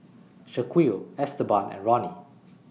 Shaquille Esteban and Ronny